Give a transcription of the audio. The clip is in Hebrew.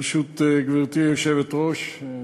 ברשות גברתי היושבת-ראש,